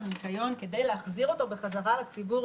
השרה להגנת הסביבה.